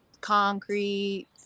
concrete